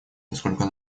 поскольку